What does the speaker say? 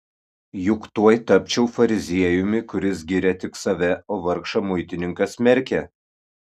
juk tuoj tapčiau fariziejumi kuris giria tik save o vargšą muitininką smerkia